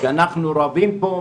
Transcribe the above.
שאנחנו רבים פה,